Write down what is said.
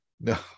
no